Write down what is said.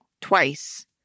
twice